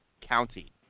County